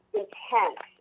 intense